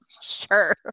Sure